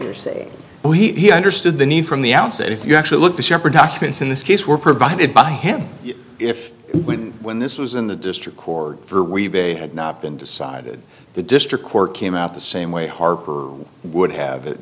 you're saying well he understood the need from the outset if you actually look the shepherd documents in this case were provided by him if when this was in the district court had not been decided the district court came out the same way harper would have